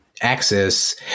access